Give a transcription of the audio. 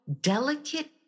delicate